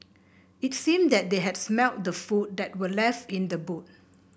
it seemed that they had smelt the food that were left in the boot